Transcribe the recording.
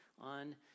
on